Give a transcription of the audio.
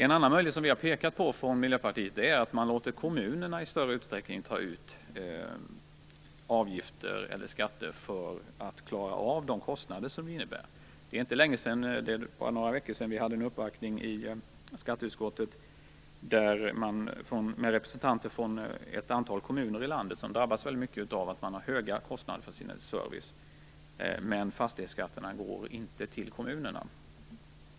En annan möjlighet som vi har pekat på från Miljöpartiet är att i större utsträckning låta kommunerna ta ut avgifter eller skatter för att klara av de kostnader som man har. Det är bara några veckor sedan vi i skatteutskottet blev uppvaktade av representanter från ett antal kommuner i landet. Man drabbas mycket av att man har höga kostnader för sin service, men fastighetsskatterna går inte till kommunerna.